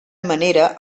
manera